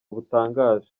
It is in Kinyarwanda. butangaje